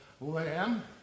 lamb